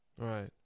Right